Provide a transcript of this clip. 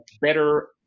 better